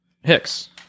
Hicks